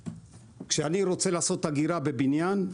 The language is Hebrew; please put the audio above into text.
כשאני רוצה לעשות אגירה בבניין,